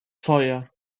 feuer